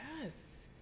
Yes